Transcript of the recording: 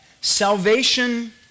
Salvation